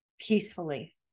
peacefully